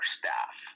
staff